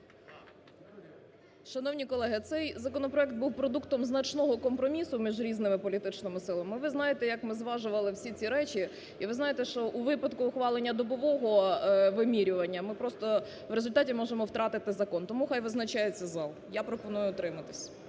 Шановні колеги, цей законопроект був продуктом значного компромісу між різними політичними силами, а ви знаєте, як ми зважували всі ці речі. І ви знаєте що у випадку ухвалення добового вимірювання ми просто в результаті можемо втратити закон. Тому хай визначається зал. Я пропоную утриматись.